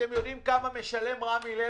אתם יודעים כמה משלם רמי לוי?